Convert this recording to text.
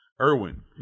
Irwin